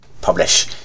publish